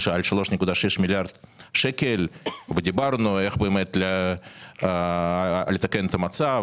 על 3.6 מיליארד שקלים ודיברנו איך באמת לתקן את המצב.